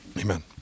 Amen